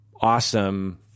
Awesome